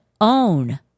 own